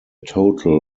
total